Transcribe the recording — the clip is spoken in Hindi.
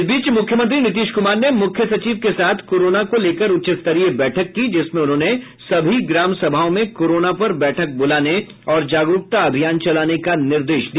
इस बीच मुख्यमंत्री नीतीश कुमार ने मुख्य सचिव के साथ कोरोना को लेकर उच्चस्तरीय बैठक की जिसमें उन्होंने सभी ग्राम सभाओं में कोरोना पर बैठक बुलाने और जागरूकता अभियान चलाने का निर्देश दिया